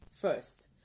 first